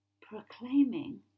proclaiming